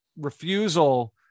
refusal